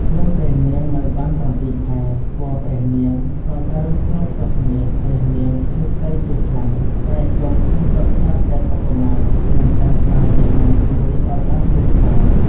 លុះព្រះនាងនៅបាន ៧ ខែ គភ៌ព្រះនាង ក៏ត្រូវគ្រប់ទសមាស ព្រះនាងឈឺផ្ទៃជាខ្លាំង ស្រែកយំឈឺចុកចាប់ឥតឧបមា មិនដឹងបានអ្នកណាជួយឲ្យបានធូរស្បើយ។